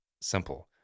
simple